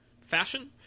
fashion